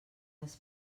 les